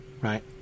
right